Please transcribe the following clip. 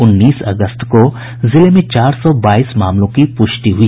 उन्नीस अगस्त को जिले में चार सौ बाईस मामलों की पुष्टि हुई